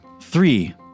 three